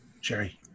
Jerry